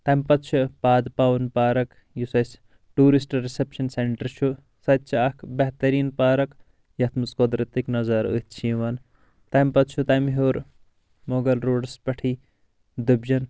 تمہِ پتہٕ چھِ پاد پون پارک یُس اسہِ ٹوٗرسٹ رسیٚپشن سینٹر چھُ سۄ تہِ چھِ اکھ بہتریٖن پارک یتھ منٛز قۄدرتٕکۍ نظارٕ أتھۍ چھِ یِوان تمہِ پتہٕ چھُ تمہِ ہیور مغل روڈس پٮ۪ٹھی دُبجن